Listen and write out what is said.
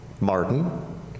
Martin